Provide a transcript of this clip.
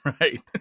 Right